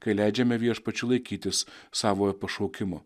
kai leidžiame viešpačiui laikytis savojo pašaukimo